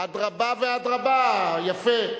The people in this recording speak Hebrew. אדרבה ואדרבה, יפה.